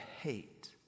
hate